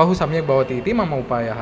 बहु सम्यक् भवति इति मम उपायः